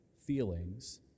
feelings